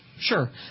Sure